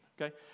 Okay